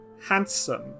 handsome